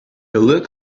look